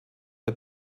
bei